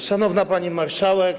Szanowna Pani Marszałek!